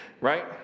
right